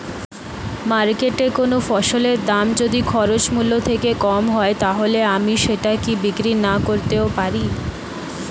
মার্কেটৈ কোন ফসলের দাম যদি খরচ মূল্য থেকে কম হয় তাহলে আমি সেটা কি বিক্রি নাকরতেও পারি?